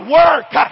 work